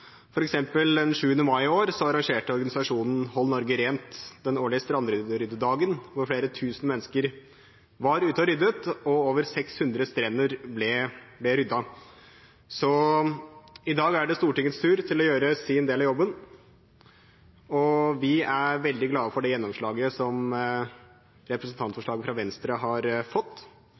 arrangerte den 7. mai i år organisasjonen Hold Norge Rent den årlige Strandryddedagen, hvor flere tusen mennesker var ute og ryddet, og over 600 strender ble ryddet. I dag er det Stortingets tur til å gjøre sin del av jobben, og vi er veldig glade for gjennomslaget som representantforslaget fra Venstre har fått.